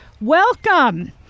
welcome